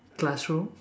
classroom